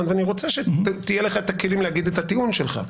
ואני רוצה שיהיו לך הכלים להגיד את הטיעון שלך.